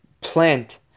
plant